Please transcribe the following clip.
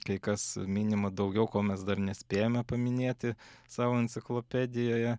kai kas minima daugiau ko mes dar nespėjome paminėti savo enciklopedijoje